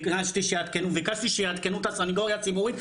ביקשתי שיעדכנו את הסניגוריה הציבורית.